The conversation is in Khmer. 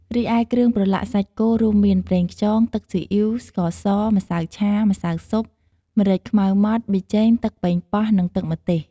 រីឯគ្រឿងប្រឡាក់សាច់គោ រួមមាន ប្រេងខ្យង ទឹកស៊ីអុីវ ស្ករស ម្សៅឆា ម្សៅស៊ុប ម្រេចខ្មៅម៉ដ្ឋ ប៊ីចេង ទឹកប៉េងប៉ោះ និង ទឹកម្ទេស។